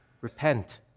repent